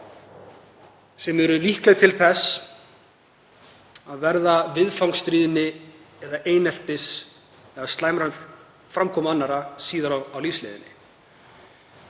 sem eru líkleg til þess að verða tilefni stríðni, eineltis eða slæmrar framkomu annarra síðar á lífsleiðinni.